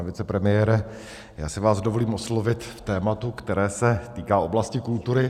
Pane vicepremiére, já si vás dovolím oslovit v tématu, které se týká oblasti kultury.